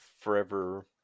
forever